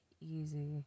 easy